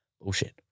Bullshit